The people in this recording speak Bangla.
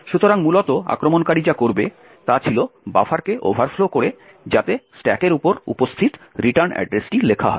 সুতরাং মূলত আক্রমণকারী যা করবে তা ছিল বাফারকে ওভারফ্লো করে যাতে স্ট্যাকের উপর উপস্থিত রিটার্ন অ্যাড্রেসটি লেখা হয়